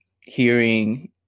hearing